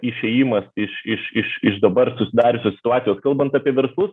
išėjimas iš iš iš iš dabar susidariusios situacijos kalbant apie verslus